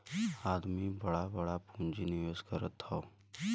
आदमी बड़ा बड़ा पुँजी निवेस करत हौ